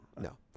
no